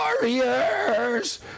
Warriors